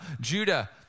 Judah